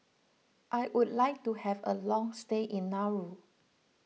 I would like to have a long stay in Nauru